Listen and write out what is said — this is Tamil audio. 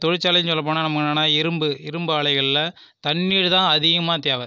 தொழிற்சாலைன்னு சொல்ல போனால் நமக்கு என்னென்னா இரும்பு இரும்பு ஆலைகளில் தண்ணீர் தான் அதிகமாக தேவை